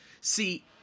See